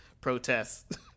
protests